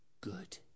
good